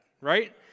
right